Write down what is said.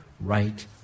right